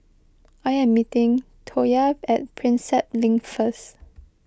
I am meeting Toya at Prinsep Link first